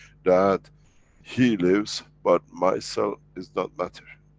that he lives, but my cell is not matter.